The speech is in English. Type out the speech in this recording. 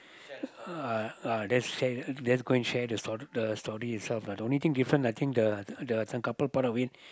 uh uh lets share lets go and share the store the story itself lah the only thing different I think the the this one couple part of it